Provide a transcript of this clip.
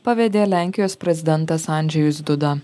pavedė lenkijos prezidentas andžejus duda